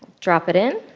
drop it in.